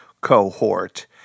cohort